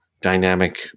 dynamic